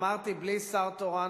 אמרתי בלי שר תורן,